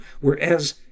Whereas